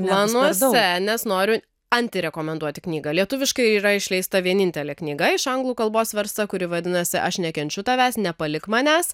planuose nes noriu antirekomenduoti knygą lietuviškai yra išleista vienintelė knyga iš anglų kalbos versta kuri vadinasi aš nekenčiu tavęs nepalik manęs